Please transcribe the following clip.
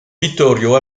vittorio